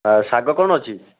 ଆଉ ଶାଗ କ'ଣ ଅଛି